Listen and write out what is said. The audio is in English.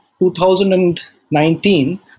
2019